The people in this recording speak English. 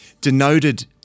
denoted